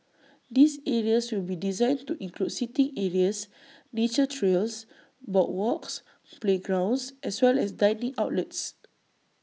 these areas will be designed to include seating areas nature trails boardwalks playgrounds as well as dining outlets